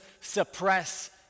suppress